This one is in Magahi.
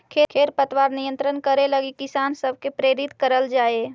खेर पतवार नियंत्रण करे लगी किसान सब के प्रेरित करल जाए